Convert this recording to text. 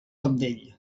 cabdell